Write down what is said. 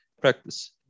practice